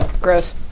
Gross